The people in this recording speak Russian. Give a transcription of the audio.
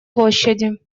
площади